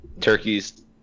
Turkeys